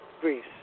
Greece